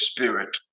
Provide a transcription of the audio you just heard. Spirit